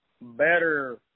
Better